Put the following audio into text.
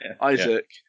Isaac